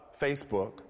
Facebook